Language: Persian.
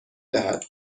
دهد